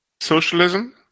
Socialism